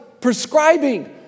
prescribing